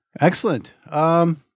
Excellent